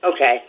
Okay